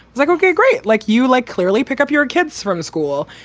like okay, great. like you, like, clearly pick up your kids from school.